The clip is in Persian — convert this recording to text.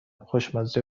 خوشمزه